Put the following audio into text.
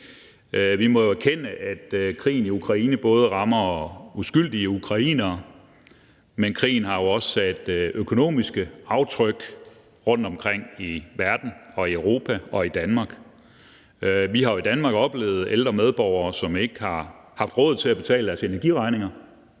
Vi må jo erkende, at krigen i Ukraine rammer uskyldige ukrainere, men at krigen jo også har sat økonomiske aftryk rundtomkring i verden, i Europa og i Danmark. Vi har jo i Danmark oplevet ældre medborgere, som ikke har haft råd til at betale deres energiregninger.